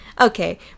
okay